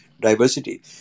diversity